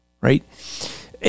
Right